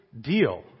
deal